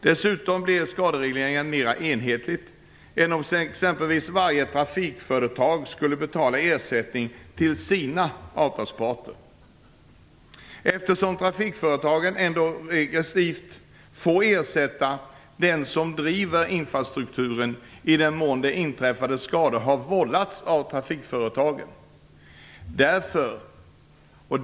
Dessutom blir skaderegleringen mer enhetlig än om exempelvis varje trafikföretag skall betala ersättning till sina avtalsparter, eftersom trafikföretagen ändå regressivt får ersätta den som driver infrastrukturen i den mån inträffade skador har vållats av trafikföretagen.